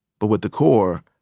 but with the corps,